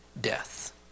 death